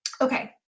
Okay